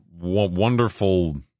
wonderful